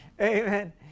Amen